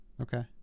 Okay